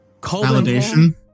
validation